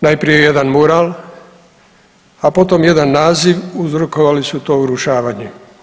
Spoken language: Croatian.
Najprije jedan mural, a potom jedan naziv uzrokovali su to urušavanje.